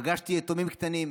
פגשתי יתומים קטנים,